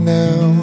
now